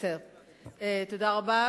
תודה רבה.